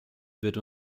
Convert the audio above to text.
wird